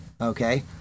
okay